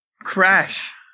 Crash